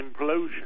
implosion